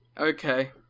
Okay